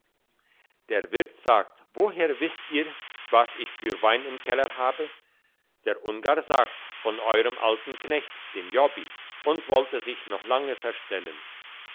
der wirt sagt woher wisst ihr was ich für wein im keller habe der ungar sagt von euerm alten knecht dem jobbi und wollte sich noch lange verstellen